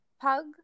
Pug